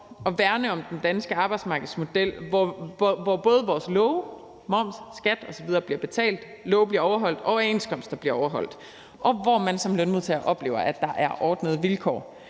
at værne om den danske arbejdsmarkedsmodel, hvor både moms, skat osv. bliver betalt, love bliver overholdt, overenskomster bliver overholdt, og hvor man som lønmodtager oplever, at der er ordnede vilkår,